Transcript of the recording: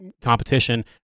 competition